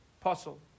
Puzzle